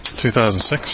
2006